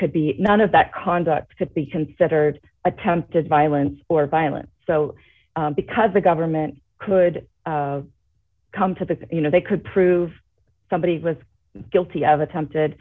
could be none of that conduct could be considered attempted violence or violence so because the government could come to you know they could prove somebody was guilty of attempted